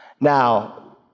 Now